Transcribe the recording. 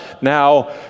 now